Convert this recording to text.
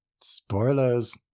Spoilers